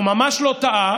הוא ממש לא טעה.